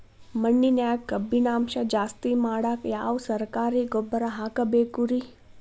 ಮಣ್ಣಿನ್ಯಾಗ ಕಬ್ಬಿಣಾಂಶ ಜಾಸ್ತಿ ಮಾಡಾಕ ಯಾವ ಸರಕಾರಿ ಗೊಬ್ಬರ ಹಾಕಬೇಕು ರಿ?